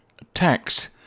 Attacks